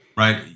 Right